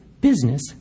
business